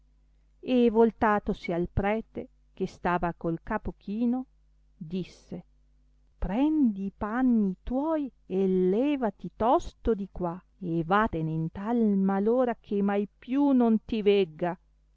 e voltatosi al prete che stava col capo chino disse prendi i panni tuoi e levati tosto di qua e vattene in tal malora che mai più non ti vegga